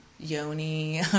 yoni